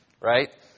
right